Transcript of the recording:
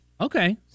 Okay